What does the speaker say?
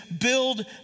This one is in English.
build